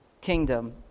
kingdom